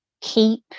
keep